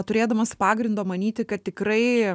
turėdamas pagrindo manyti kad tikrai